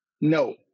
No